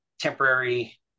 temporary